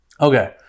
Okay